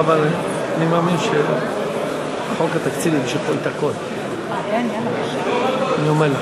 בעד, 33. מתנגדים,